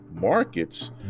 markets